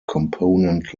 component